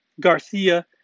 Garcia